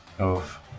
Oof